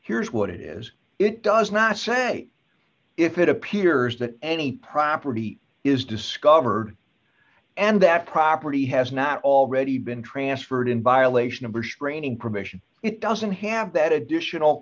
here's what it is it does not say if it appears that any property is discovered and that property has not already been transferred in violation of bush training permission it doesn't have that additional